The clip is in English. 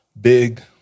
big